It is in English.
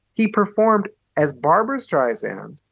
he performed as barbra streisand